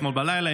אתמול בלילה,